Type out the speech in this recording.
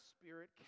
Spirit